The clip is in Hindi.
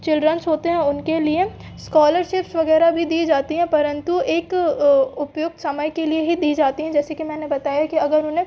चिल्ड्रेन्स होते हैं उनके लिए इस्कॉलरशिप्स वगैरह भी दी जाती हैं परंतु एक उपयुक्त समय के लिए ही दी जाती हैं जैसे कि मैंने कि मैंने बताया कि अगर उन्हें